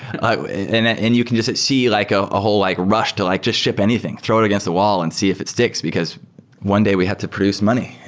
and and you can just see like ah a whole like rush to like just ship anything. throw it against the wall and see if it sticks, because one day we had to produce money.